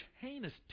heinous